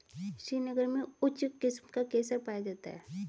श्रीनगर में उच्च किस्म का केसर पाया जाता है